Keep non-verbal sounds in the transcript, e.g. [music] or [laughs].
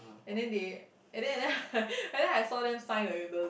and then they and then and then [laughs] and then I saw them sign like the